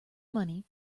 money